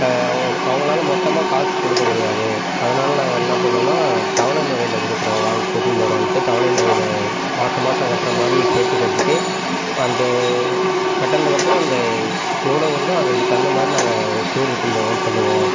த அவங்க அவங்களால மொத்தமாக காசு கொடுக்க முடியாது அதனால நாங்கள் என்ன பண்ணுவோம்னா தவணை முறையில் கொடுக்குறோம் வாங்க கூட்டினு போறோன்டு தவணை முறையில் மாதம் மாதம் கட்டுகிற மாதிரி சேர்த்து கட்டிட்டு அந்த கட்டினத்துக்கு அப்புறம் அந்த எவ்வளோ வருதோ அதுக்கு தகுந்த மாதிரி நாங்கள் டூர் இட்டுன்னு போவோம்னு சொல்லுவோம்